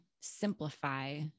simplify